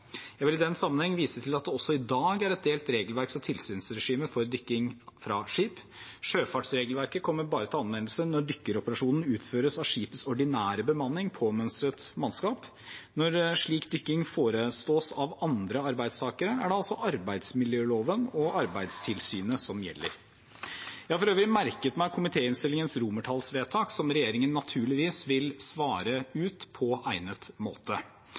Jeg vil i den sammenheng vise til at det også i dag er et delt regelverks- og tilsynsregime for dykking fra skip. Sjøfartsregelverket kommer bare til anvendelse når dykkeoperasjonen utføres av skipets ordinære bemanning, dvs. påmønstret mannskap. Når slik dykking forestås av andre arbeidstakere, er det altså arbeidsmiljøloven og Arbeidstilsynet som gjelder. Jeg har for øvrig merket meg komitéinnstillingens romertallsvedtak, som regjeringen naturligvis vil svare ut på egnet måte.